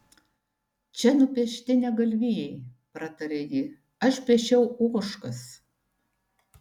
čia nupiešti ne galvijai pratarė ji aš piešiau ožkas